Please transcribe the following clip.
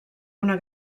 una